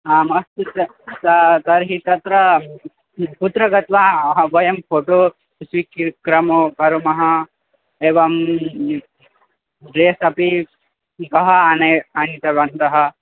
आम् अस्तु ते ते तर्हि तत्र कुत्र गत्वा अहं वयं फ़ोटो स्वीक्रियते क्रमः कुर्मः एवं ड्रेस् अपि कः आनयति आनीतवन्तः